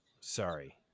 sorry